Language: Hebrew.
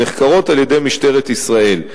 הנחקרות על-ידי משטרת ישראל.